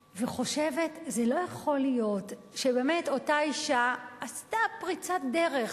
וחושבת: זה לא יכול להיות שאותה אשה עשתה פריצת דרך,